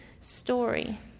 story